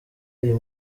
uyu